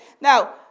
Now